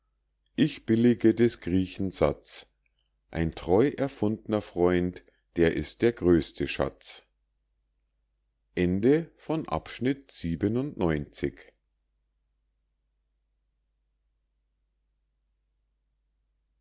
ich billige des griechen satz ein treu erfund'ner freund der ist der größte schatz